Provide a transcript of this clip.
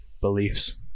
beliefs